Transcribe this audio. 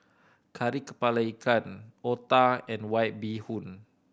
Kari Kepala Ikan otah and White Bee Hoon